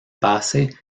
pase